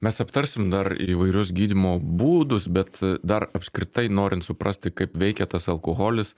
mes aptarsim dar įvairius gydymo būdus bet dar apskritai norint suprasti kaip veikia tas alkoholis